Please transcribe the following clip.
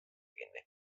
kinni